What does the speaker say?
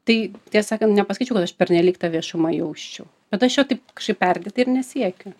tai tiesa kad nepasakyčiau kad aš pernelyg tą viešumą jausčiau bet aš jo taip kažkaip perdėtai ir nesiekiu